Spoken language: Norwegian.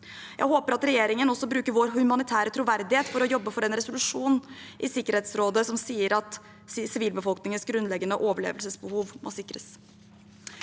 Jeg håper at regjeringen også bruker vår humanitære troverdighet for å jobbe for en resolusjon i Sikkerhetsrådet som sier at sivilbefolkningens grunnleggende overlevelsesbehov må sikres.